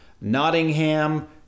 Nottingham